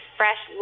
fresh